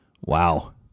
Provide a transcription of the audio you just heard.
Wow